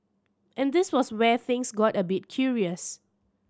and this was where things got a bit curious